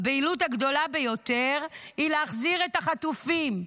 הבהילות הגדולה ביותר היא להחזיר את החטופים.